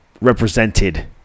represented